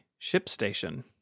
ShipStation